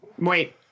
Wait